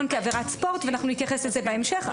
נתייחס לזה בהמשך.